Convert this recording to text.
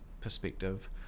perspective